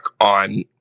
on